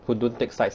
who don't take sides